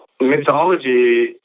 mythology